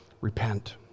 Repent